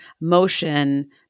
motion